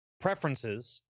preferences